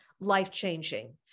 life-changing